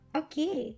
okay